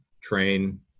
train